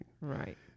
Right